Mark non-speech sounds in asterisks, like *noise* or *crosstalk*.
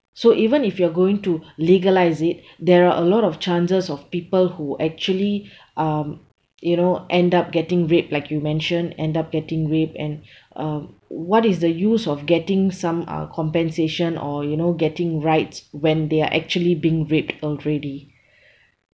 so even if you are going to legalise it there are are lot of chances of people who actually *breath* um you know end up getting raped like you mentioned end up getting raped and *breath* um what is the use of getting some uh compensation or you know getting rights when they are actually getting raped already *breath*